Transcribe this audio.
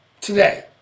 Today